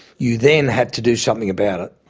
you then had to do something about it.